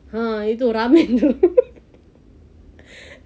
ah itu ramen tu